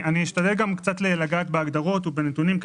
אני אשתדל לגעת גם בהגדרות ובנתונים,